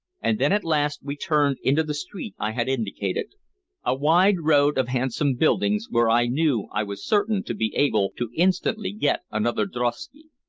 and then at last we turned into the street i had indicated a wide road of handsome buildings where i knew i was certain to be able to instantly get another drosky.